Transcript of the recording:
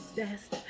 best